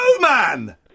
man